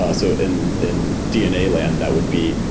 ah so in in dna land that would be,